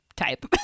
type